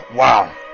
wow